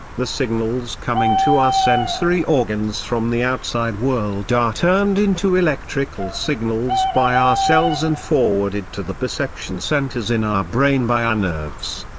the signals coming to our sensory organs from the outside world are turned into electrical signals by our cells and forwarded to the perception centers in our brain by our nerves.